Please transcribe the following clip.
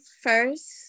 first